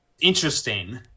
interesting